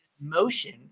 motion